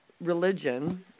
Religion